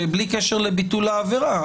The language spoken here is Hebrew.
בלי קשר לביטול העבירה,